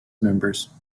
members